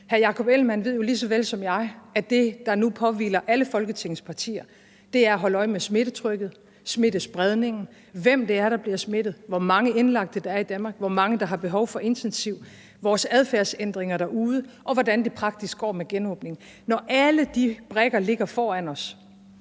hr. Jakob Ellemann-Jensen ved jo lige så vel som jeg, at det, der nu påhviler alle Folketingets partier, er at holde øje med smittetrykket, smittespredningen, hvem det er, der bliver smittet, hvor mange indlagte der er i Danmark, hvor mange der har behov for intensiv behandling, vores adfærdsændringer derude, og hvordan det praktisk går med genåbningen. Når alle de brikker ligger foran os,